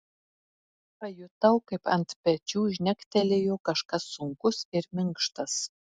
pajutau kaip ant pečių žnektelėjo kažkas sunkus ir minkštas